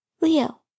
Leo